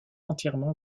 entièrement